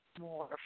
more